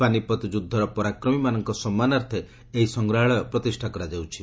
ପାନିପତ୍ ଯୁଦ୍ଧର ପରାକ୍ରମୀମାନଙ୍କ ସମ୍ମାନାର୍ଥେ ଏହି ସଂଗ୍ରହାଳୟ ପ୍ରତିଷ୍ଠା କରାଯାଉଛି